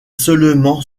seulement